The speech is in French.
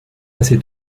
assez